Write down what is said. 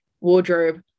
wardrobe